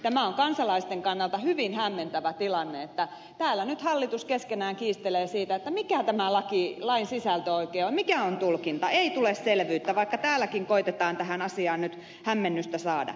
tämä on kansalaisten kannalta hyvin hämmentävä tilanne että täällä nyt hallitus keskenään kiistelee siitä mikä tämän lain sisältö oikein on mikä on tulkinta ei tule selvyyttä vaikka täälläkin koetetaan tähän asiaan nyt hämmennystä saada